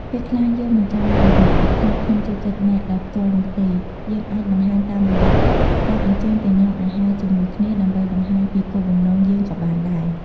ពេលខ្លះ យើងមិនចាំបាច់និយាយពាក្យថា "ខ្ញុំចូលចិត្តអ្នក" ដោយផ្ទាល់នោះទេ យើងអាចបង្ហាញតាមរយះការអញ្ជើញទៅញ៉ាំអាហារជាមួយគ្នាដើម្បីបង្ហាញពីគោលបំណងយើងក៏បានដែរ។